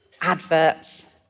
adverts